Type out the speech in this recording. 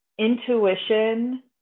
intuition